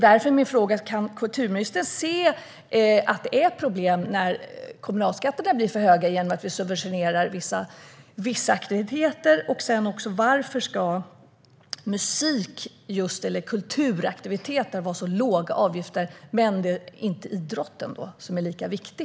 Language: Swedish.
Därför är mina frågor: Kan kulturministern se att det är ett problem när kommunalskatterna blir för höga genom att vi subventionerar vissa aktiviteter? Och varför ska just musik eller kulturaktiviteter ha låga avgifter men inte idrotten, som är lika viktig?